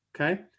Okay